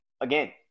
again